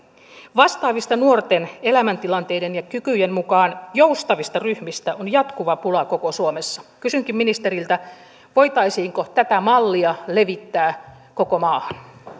vastaavista nuorten elämäntilanteiden ja kykyjen mukaan joustavista ryhmistä on jatkuva pula koko suomessa kysynkin ministeriltä voitaisiinko tätä mallia levittää koko maahan myönnän